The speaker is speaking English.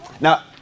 Now